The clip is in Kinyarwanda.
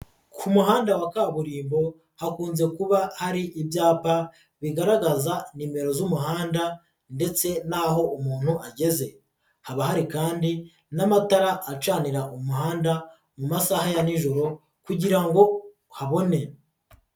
Ku muhanda wa kaburimbo hakunze kuba hari ibyapa bigaragaza nimero z'umuhanda ndetse n'aho umuntu ageze haba hari kandi n'amatara acanira umuhanda mu masaha ya nijoro kugira ngo habone.